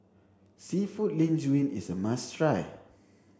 seafood Linguine is a must try